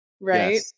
right